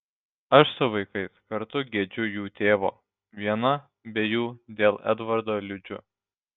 aš su vaikais kartu gedžiu jų tėvo viena be jų dėl edvardo liūdžiu